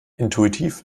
intuitiv